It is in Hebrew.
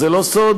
זה לא סוד,